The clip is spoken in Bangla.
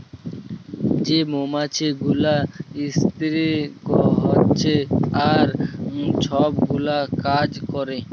যে মমাছি গুলা ইস্তিরি হছে আর ছব গুলা কাজ ক্যরে